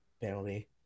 penalty